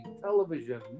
television